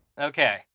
Okay